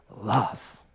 love